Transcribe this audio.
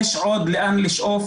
יש עוד לאן לשאוף,